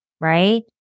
Right